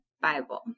Bible